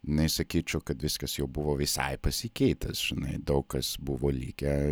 nesakyčiau kad viskas jau buvo visai pasikeitęs žinai daug kas buvo likę